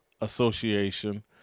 Association